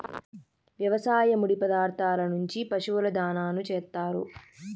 వ్యవసాయ ముడి పదార్థాల నుంచి పశువుల దాణాను చేత్తారు